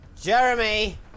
Jeremy